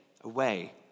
Away